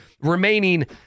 remaining